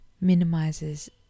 minimizes